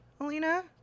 Alina